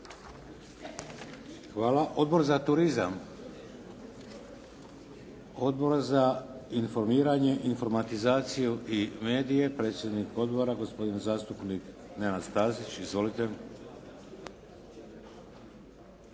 Hvala. Odbor za turizam? Odbor za informiranje, informatizaciju i medije? Predsjednik odbora gospodin zastupnik Nenad Stazić. Izvolite.